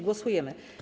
Głosujemy.